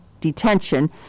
detention